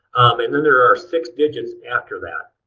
and then there are six digits after that.